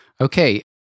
Okay